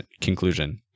conclusion